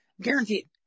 Guaranteed